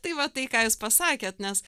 tai va tai ką jūs pasakėt nes